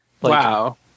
Wow